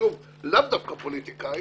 לאו דווקא פוליטיקאים,